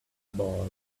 boy